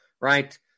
right